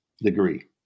degree